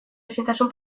ezintasun